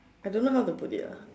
I don't know how to put it lah